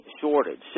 shortage